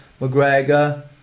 McGregor